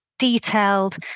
detailed